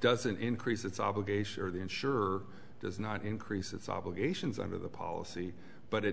doesn't increase its obligation or the insurer does not increase its obligations under the policy but it